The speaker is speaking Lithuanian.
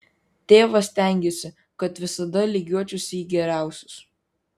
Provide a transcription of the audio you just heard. tėvas stengėsi kad visada lygiuočiausi į geriausius